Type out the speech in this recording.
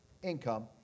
Income